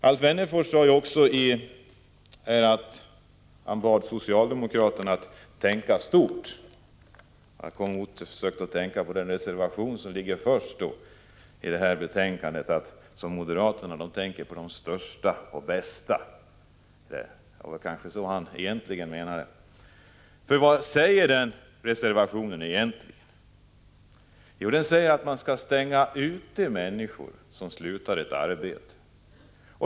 Alf Wennerfors bad socialdemokraterna att tänka stort. Jag kom osökt att tänka på reservation 1 till detta betänkande. Moderaterna tänker på de största och bästa. Det var kanske så Alf Wennerfors egentligen menade. Vad säger moderaterna i reservation 1? Jo, att man skall stänga ute människor som frivilligt slutar ett arbete.